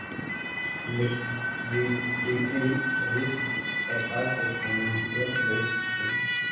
liquidity risk एक प्रकार के फाइनेंशियल रिस्क हई